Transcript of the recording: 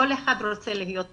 כל אחד רוצה להיות איתה.